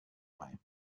way